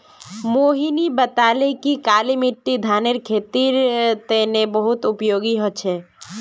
मोहिनी बताले कि काली मिट्टी धानेर खेतीर तने बहुत उपयोगी ह छ